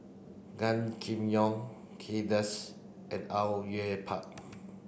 Gan Kim Yong Kay Das and Au Yue Pak